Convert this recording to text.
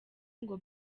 ngo